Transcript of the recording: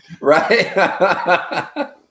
Right